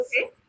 okay